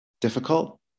difficult